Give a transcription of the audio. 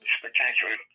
spectacular